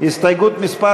הסתייגות מס'